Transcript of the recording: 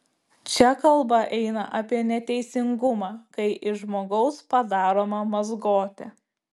čia kalba eina apie neteisingumą kai iš žmogaus padaroma mazgotė